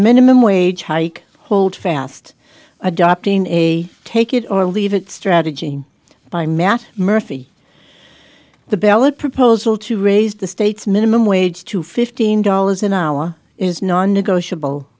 minimum wage hike hold fast adopting a take it or leave it strategy by matt murphy the ballot proposal to raise the state's minimum wage to fifteen dollars an hour is non negotiable